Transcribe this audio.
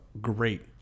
great